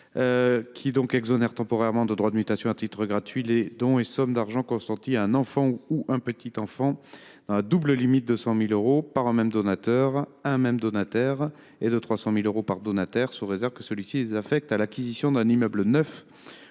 vise à exonérer temporairement de droits de mutation à titre gratuit les dons de sommes d’argent consentis à un enfant ou à un petit enfant dans la double limite de 100 000 euros par un même donateur à un même donataire, et de 300 000 euros par donataire sous réserve que celui ci les affecte à l’acquisition d’un immeuble neuf